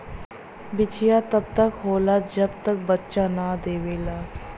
बछिया तब तक होला जब तक बच्चा न देवेला